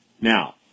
Now